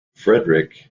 frederick